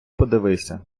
подивися